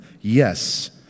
Yes